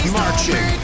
marching